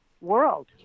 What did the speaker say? world